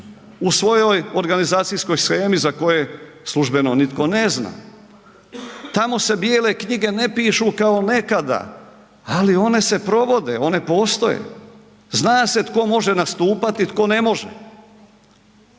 u svojoj organizacijskoj shemi za koje službeno nitko ne zna. Tamo se bijele knjige ne pišu kao nekada, ali one se provode, one postoje. Zna se tko može nastupati, a tko ne može.